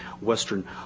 western